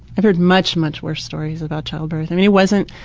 i've heard much much worse stories about child birth. i mean it wasn't,